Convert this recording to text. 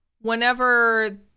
whenever